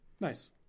Nice